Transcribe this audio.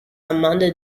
amanda